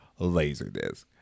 Laserdisc